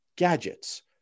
gadgets